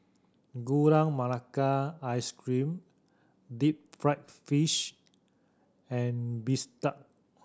Gula Melaka Ice Cream deep fried fish and bistake